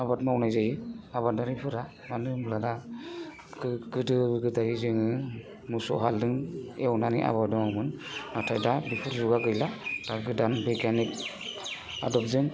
आबाद मावनाय जायो आबादारिफोरा मानो होनब्ला दा गोदो गोदाय जोङो मोसौ हालदों एवनानै आबाद मावोमोन नाथाय दा बेफोर जुगा गैला दा गोदान बिगियानिक आदबजों